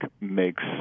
makes